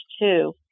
two